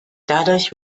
dadurch